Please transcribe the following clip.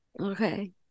okay